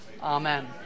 Amen